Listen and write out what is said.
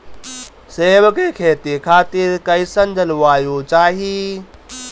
सेब के खेती खातिर कइसन जलवायु चाही?